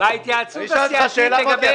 שאלות?